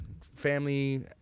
family